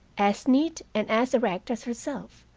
as neat and as erect as herself.